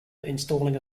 installing